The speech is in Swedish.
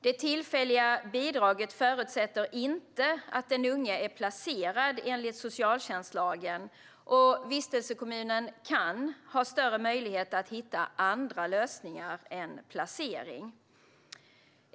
Det tillfälliga bidraget förutsätter inte att den unge är placerad enligt socialtjänstlagen, och vistelsekommunen kan ha större möjlighet att hitta andra lösningar än placering.